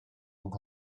yng